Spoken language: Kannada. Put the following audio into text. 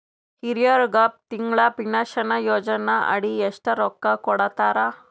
ಹಿರಿಯರಗ ತಿಂಗಳ ಪೀನಷನಯೋಜನ ಅಡಿ ಎಷ್ಟ ರೊಕ್ಕ ಕೊಡತಾರ?